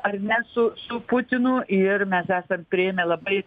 ar ne su su putinu ir mes esam priėmę labai